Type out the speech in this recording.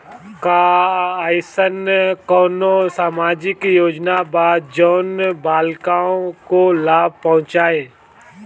का अइसन कोनो सामाजिक योजना बा जोन बालिकाओं को लाभ पहुँचाए?